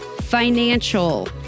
financial